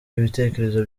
ibitekerezo